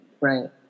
right